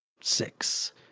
six